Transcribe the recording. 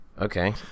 Okay